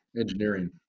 engineering